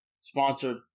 sponsored